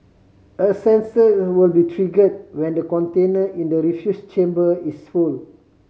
a sensor will be triggered when the container in the refuse chamber is full